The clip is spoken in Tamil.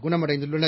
குணமடைந்துள்ளனர்